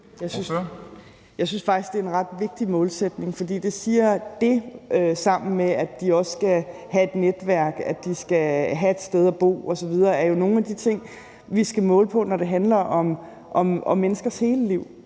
Jeg synes faktisk, at det er en ret vigtig målsætning. For det sammen med, at de også skal have et netværk, at de skal have et sted at bo osv., er jo nogle af de ting, vi skal måle på, når det handler om menneskers hele liv,